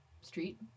street